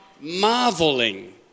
marveling